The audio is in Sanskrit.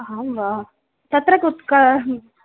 आं वा तत्र कुत्क